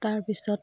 তাৰপিছত